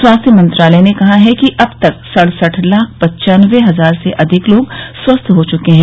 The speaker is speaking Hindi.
स्वास्थ्य मंत्रालय ने कहा है कि अब तक सड़सठ लाख पन्चानबे हजार से अधिक लोग स्वस्थ हो चुके हैं